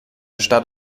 stadt